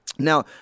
Now